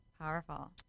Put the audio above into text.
Powerful